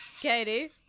Katie